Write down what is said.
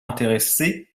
intéressé